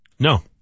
No